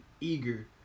eager